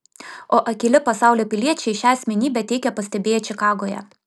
o akyli pasaulio piliečiai šią asmenybę teigia pastebėję čikagoje